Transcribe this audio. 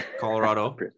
Colorado